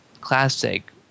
classic